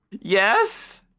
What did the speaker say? yes